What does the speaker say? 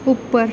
ਉੱਪਰ